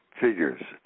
figures